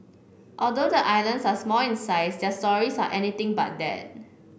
although the islands are small in size their stories are anything but that